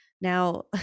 now